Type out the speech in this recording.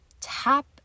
tap